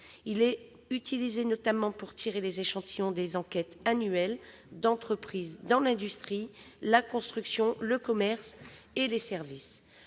Il est utilisé notamment pour tirer les échantillons des enquêtes annuelles d'entreprises dans l'industrie, la construction, le commerce et les services.